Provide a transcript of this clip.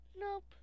nope